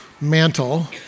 mantle